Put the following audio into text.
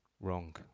wrong